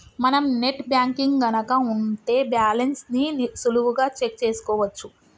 మనం net banking గనక ఉంటే బ్యాలెన్స్ ని సులువుగా చెక్ చేసుకోవచ్చు